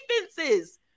defenses